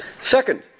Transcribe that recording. Second